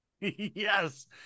Yes